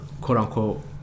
quote-unquote